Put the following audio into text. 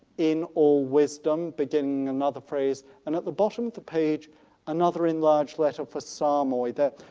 in all wisdom beginning another phrase, and at the bottom of the page another in large letter for psalm oise there.